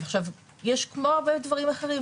יש כמו בדברים אחרים,